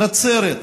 נצרת.